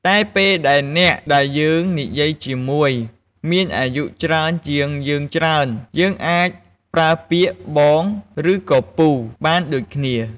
តែពេលដែលអ្នកដែលយើងនិយាយជាមួយមានអាយុច្រើនជាងយើងច្រើន យើងអាចប្រើពាក្យ "បង" ឬក៏ "ពូ" បានដូចគ្នា។